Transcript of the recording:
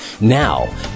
Now